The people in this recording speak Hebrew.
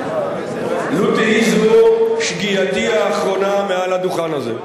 לו תהי זו שגיאתי האחרונה מעל הדוכן הזה.